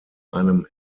einem